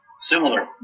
similar